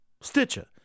Stitcher